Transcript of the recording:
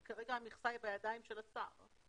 כרגע המכסה היא בידיים של השר.